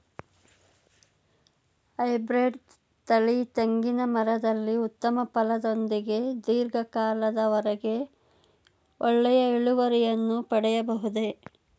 Hybrid ತಳಿಯ ತೆಂಗಿನ ಮರದಲ್ಲಿ ಉತ್ತಮ ಫಲದೊಂದಿಗೆ ಧೀರ್ಘ ಕಾಲದ ವರೆಗೆ ಒಳ್ಳೆಯ ಇಳುವರಿಯನ್ನು ಪಡೆಯಬಹುದೇ?